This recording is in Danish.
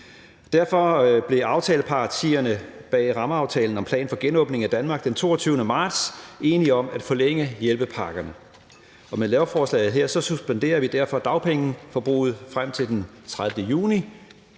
Derfor blev aftalepartierne bag rammeaftalen om plan for genåbning af Danmark den 22. marts enige om at forlænge hjælpepakkerne, og med lovforslaget her suspenderer vi derfor dagpengeforbruget frem til den 30. juni